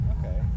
Okay